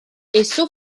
esso